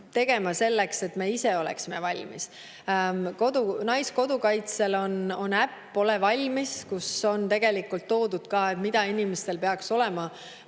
tegema selleks, et me ise oleksime valmis. Naiskodukaitsel on äpp "Ole valmis!", kus on tegelikult toodud, mida inimestel peaks kodus